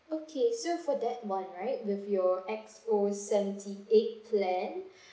okay so for that [one] right with your X_O seventy eight-plan